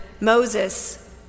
Moses